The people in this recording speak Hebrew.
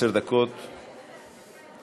עשר דקות לרשותך.